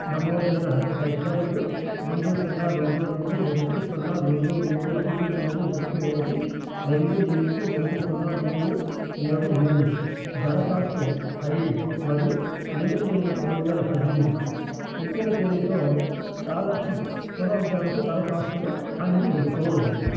నమోదైన ఎక్స్డబ్ల్యూ రెండు సున్నా రెండు రెండు ఒకటి సున్నా రెండు ఏడు ఐదు మూడు ఒకటి ఒకటి రెండు ఎనిమిది ఒకటి సున్నా మూడు ఏడు మూడు దరఖాస్తు ఐడి మరియు ఎనిమిది ఒకటి రెండు వేల పద్దెనిమిది పుట్టిన తేదీతో స్కాలర్షిప్ పునరుద్ధరణకు దరఖాస్తులు అన్ని వెదుకు